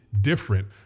different